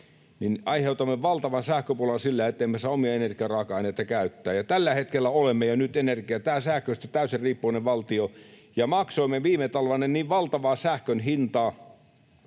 — aiheutamme valtavan sähköpulan sillä, ettemme saa omia energiaraaka-aineita käyttää. Tällä hetkellä olemme jo nyt sähköstä täysin riippuvainen valtio, ja maksoimme viime talvena niin valtavaa sähkön hintaa,